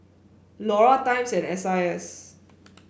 Iora Times and S I S